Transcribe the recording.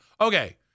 okay